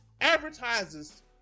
advertises